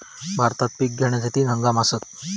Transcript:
भारतात पिक घेण्याचे तीन हंगाम आसत